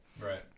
right